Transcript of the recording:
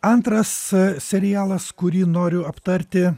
antras serialas kurį noriu aptarti